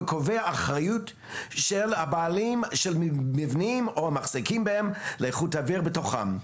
וקובע אחריות של בעלי המבנים או המחזיקים בהם לאיכות אוויר בתוכם.